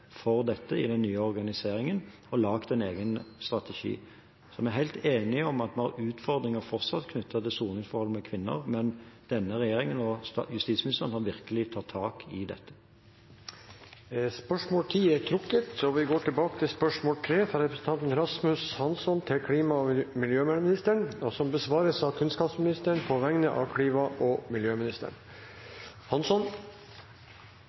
for dette i den nye organiseringen og laget en egen strategi. Så vi er helt enige om at vi har utfordringer fortsatt knyttet til soningsforholdene for kvinner, men denne regjeringen og justisministeren har virkelig tatt tak i dette. Dette spørsmålet er trukket. Vi går da tilbake til spørsmål 3. Dette spørsmålet, fra Rasmus Hansson til klima- og miljøministeren, vil bli besvart av kunnskapsministeren på vegne av klima- og miljøministeren,